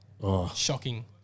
shocking